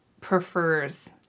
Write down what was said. prefers